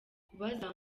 kubaza